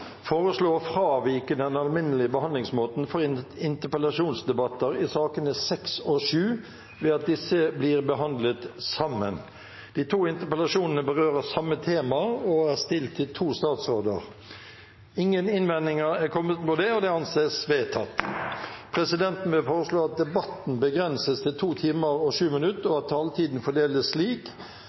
foreslå å fravike den alminnelige behandlingsmåten for interpellasjonsdebatter i sakene nr. 6 og 7 ved at disse blir behandlet sammen. De to interpellasjonene berører samme tema og er stilt til to statsråder. – Ingen innvendinger er kommet mot dette, og det anses vedtatt. Presidenten vil foreslå at debatten begrenses til 2 timer og 7 minutter, og at taletiden